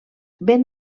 ben